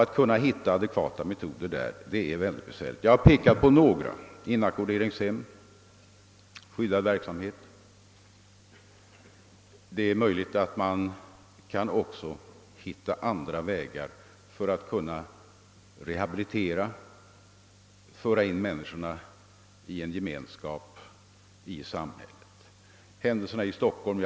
Att kunna hitta adekvata metoder är mycket besvärligt. Jag har pekat på några: inackorderingshem, skyddad verksamhet o.s.v. Det är möjligt att man också kan finna andra vägar för att rehabilitera människorna och föra in dem i en gemenskap i samhället.